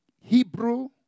Hebrew